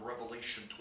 Revelation